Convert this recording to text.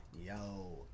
yo